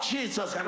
Jesus